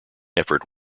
effort